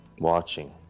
Watching